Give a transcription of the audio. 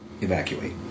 evacuate